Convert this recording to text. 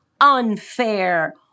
unfair